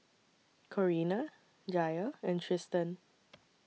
Corinna Jair and Tristan